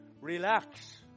relax